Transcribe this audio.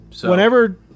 whenever